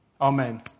Amen